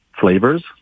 flavors